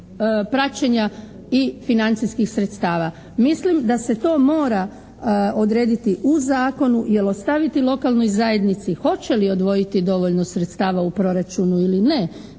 praćenja i financijskih sredstava. Mislim da se to mora odrediti u zakonu, jel' ostaviti lokalnoj zajednici hoće li odvojiti dovoljno sredstava u proračunu ili ne